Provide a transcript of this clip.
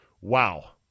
Wow